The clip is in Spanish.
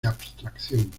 abstracción